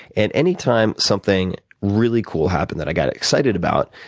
and any time something really cool happened that i got excited about,